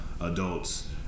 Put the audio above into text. adults